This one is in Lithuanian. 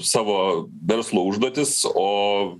savo verslo užduotis o